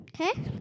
Okay